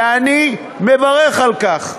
ואני מברך על כך.